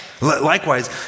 Likewise